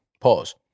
Pause